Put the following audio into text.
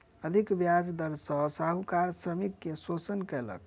अधिक ब्याज दर सॅ साहूकार श्रमिक के शोषण कयलक